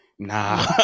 Nah